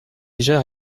déjà